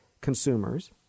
consumers